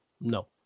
No